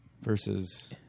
Versus